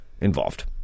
involved